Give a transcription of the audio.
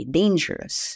dangerous